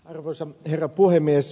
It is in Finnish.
arvoisa herra puhemies